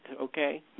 okay